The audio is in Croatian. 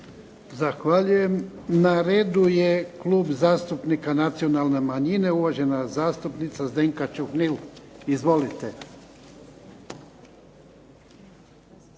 Zahvaljujem. Na redu je Klub zastupnika Nacionalne manjine, uvažena zastupnica Zdenka Čuhnil. Izvolite.